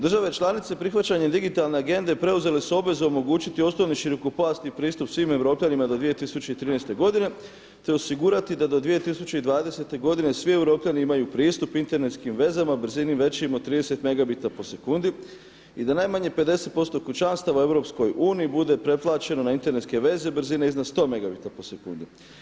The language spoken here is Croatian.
Države članice prihvaćanjem digitalne Agende preuzele su obvezu omogućiti osnovni širokopojasni pristup svim Europljanima do 2013. godine, te osigurati da do 2020. godine svi Europljani imaju pristup internetskim vezama brzini većim od 30 megabita po sekundi i da najmanje 50% kućanstava u Europskoj uniji bude preplaćeno na internetske vezena brzine iznad 100 megabita po sekundi.